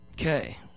Okay